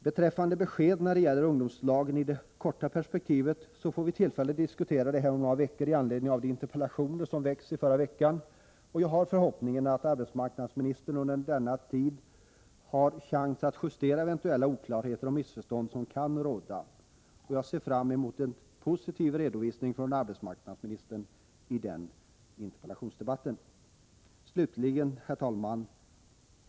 Frågan om ungdomslagen i det korta perspektivet får vi tillfälle att diskutera här i kammaren om några veckor med anledning av de interpellationer som framställdes i förra veckan, och jag har förhoppningen att arbetsmarknadsministern under denna tid har chans att justera eventuella oklarheter och missförstånd som kan råda. Jag ser fram emot en positiv redovisning från arbetsmarknadsministern i den interpellationsdebatten. Slutligen, herr talman!